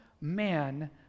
man